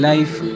Life